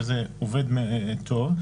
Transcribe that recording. וזה עובד טוב,